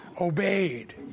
obeyed